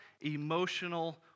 emotional